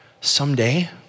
someday